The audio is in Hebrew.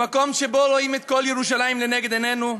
במקום שבו רואים את כל ירושלים לנגד עינינו.